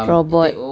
robot